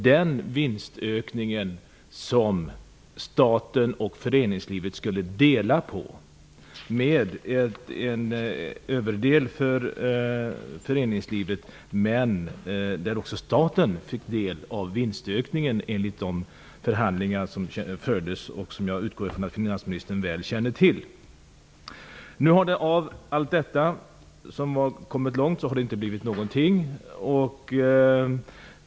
Den större delen skulle gå till föreningslivet, men även staten skulle få del av vinstökningen enligt de förhandlingar som fördes och som jag utgår ifrån att finansministern väl känner till. Nu har det av allt detta långt gångna arbete inte blivit någonting.